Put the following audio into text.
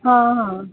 हां हां